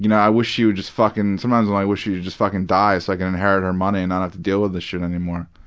you know i wish she would just fuckin' sometimes i'm like, i wish she would just fuckin' die so i could inherit her money and not have to deal with this shit anymore.